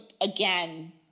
again